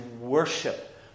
worship